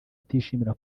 atishimira